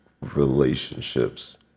relationships